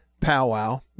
powwow